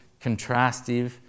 contrastive